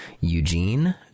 Eugene